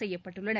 செய்யப்பட்டுள்ளன